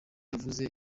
yavuze